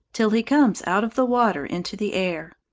till he comes out of the water into the air.